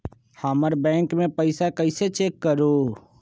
हमर बैंक में पईसा कईसे चेक करु?